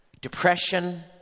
depression